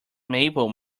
maple